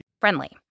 Friendly